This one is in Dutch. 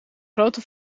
grote